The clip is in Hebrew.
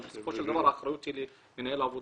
אבל בסופו של דבר האחריות היא אך ורק על מנהל העבודה.